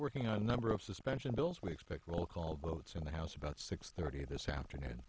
working on a number of suspension bills we expect roll call votes in the house about six thirty this afternoon